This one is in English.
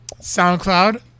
SoundCloud